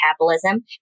metabolism